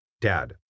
Dad